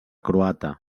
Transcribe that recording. croata